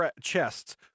chests